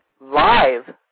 live